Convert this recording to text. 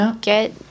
get